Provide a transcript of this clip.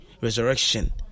resurrection